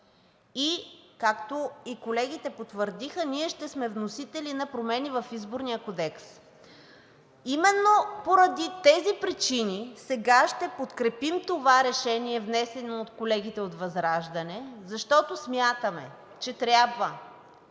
и както колегите потвърдиха, ние ще сме вносители на промени в Изборния кодекс. Именно поради тези причини сега ще подкрепим това решение, внесено от колегите от ВЪЗРАЖДАНЕ, защото смятаме, че трябва